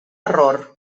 error